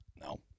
No